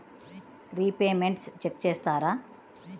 Repayments check చేస్తారా?